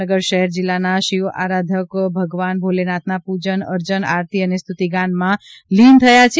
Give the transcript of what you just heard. ભાવનગર શહેર જિલ્લાનાં શિવ આરાધકો ભગવાન ભોલેનાથના પૂજન અર્ચન આરતી અને સ્તુતિગાનમાં એક લીન થયા છે